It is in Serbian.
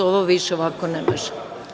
Ovo više ovako ne može.